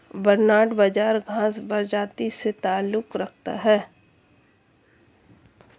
barnyard बाजरा घांस प्रजाति से ताल्लुक रखता है